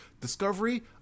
Discovery